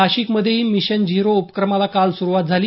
नाशिकमध्येही mission zero उपक्रमाला काल सुरुवात झाली